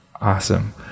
Awesome